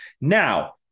now